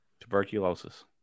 Tuberculosis